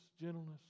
gentleness